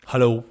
Hello